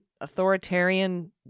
authoritarian